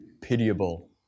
pitiable